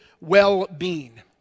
well-being